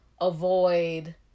avoid